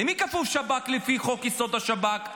למי כפוף השב"כ לפי חוק-יסוד: השב"כ?